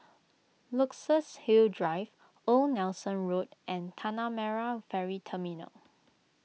Luxus Hill Drive Old Nelson Road and Tanah Merah Ferry Terminal